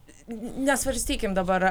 nesvarstykim dabar